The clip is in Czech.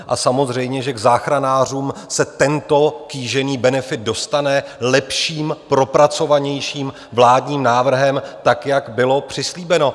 A samozřejmě že k záchranářům se tento kýžený benefit dostane lepším, propracovanějším vládním návrhem, jak bylo přislíbeno.